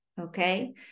Okay